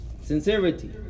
Sincerity